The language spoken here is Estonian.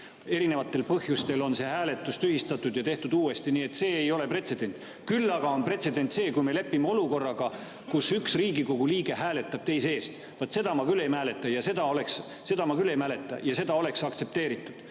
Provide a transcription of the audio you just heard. erinevatel põhjustel on hääletus tühistatud ja tehtud uuesti. Nii et see ei ole pretsedent. Küll aga on pretsedent see, kui me lepime olukorraga, kus üks Riigikogu liige hääletab teise eest. Vaat seda ma küll ei mäleta ja veel, et seda oleks aktsepteeritud.